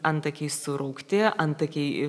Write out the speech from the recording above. antakiai suraukti antakiai